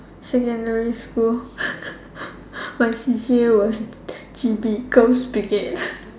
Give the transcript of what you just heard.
secondary school my C_C_A was G_B girls' brigade